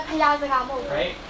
Right